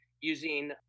using